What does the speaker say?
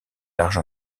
large